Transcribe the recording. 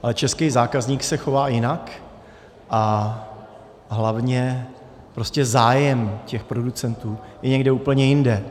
Ale český zákazník se chová jinak a hlavně zájem těch producentů je někde úplně jinde.